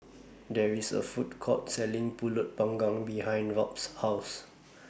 There IS A Food Court Selling Pulut Panggang behind Robt's House